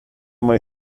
mojej